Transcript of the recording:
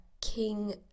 king